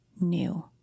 new